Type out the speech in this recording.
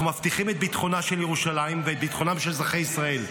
אנחנו מבטיחים את ביטחונה של ירושלים ואת ביטחונם של אזרחי ישראל.